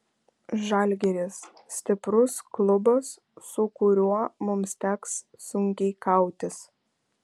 žalgiris stiprus klubas su kuriuo mums teks sunkiai kautis